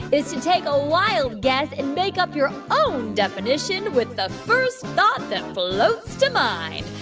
is to take a wild guess and make up your own definition with the first thought that floats to mind.